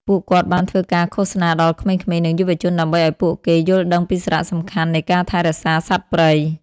ពួកគាត់បានធ្វើការឃោសនាដល់ក្មេងៗ និងយុវជនដើម្បីឱ្យពួកគេយល់ដឹងពីសារៈសំខាន់នៃការថែរក្សាសត្វព្រៃ។